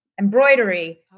Embroidery